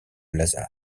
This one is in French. lazare